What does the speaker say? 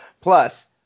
Plus